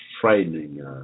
frightening